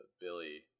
Billy